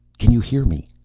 can you hear me?